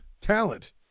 talent